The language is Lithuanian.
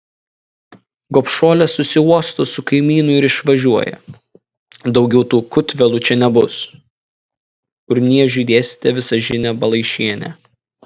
gobšuolė susiuosto su kaimynu ir išvažiuoja daugiau tų kūtvėlų čia nebus urniežiui dėstė visažinė balaišienė